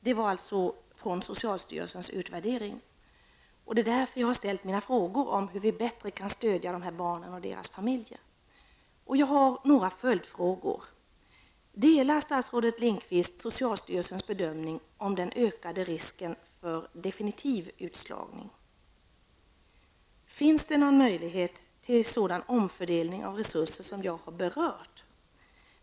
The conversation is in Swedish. Det är mot bakgrund av denna utvärdering som jag har ställt mina frågor om hur vi bättre kan stödja dessa barn och deras familjer. Jag har också några följdfrågor. Finns någon möjlighet till en sådan omfördelning av resurser som jag har berört?